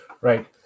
right